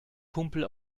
kumpel